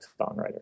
songwriter